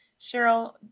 Cheryl